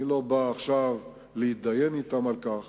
אני לא בא עכשיו להתדיין אתם על כך,